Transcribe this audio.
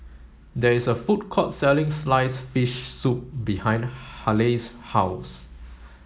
there is a food court selling sliced fish soup behind Halle's house